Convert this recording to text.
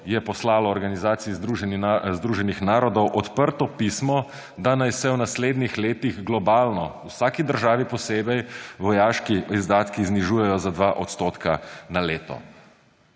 je poslalo Organizaciji združenih narodov odprto pisno, da naj se v naslednjih letih globalno, v vsaki državi posebej, vojaški izdatki znižujejo za 2 % na leto.